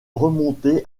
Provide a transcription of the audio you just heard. remonter